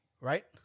right